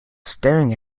staring